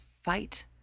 fight